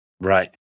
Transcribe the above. Right